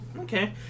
Okay